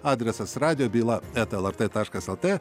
adresas radijo byla eta lrt taškas lt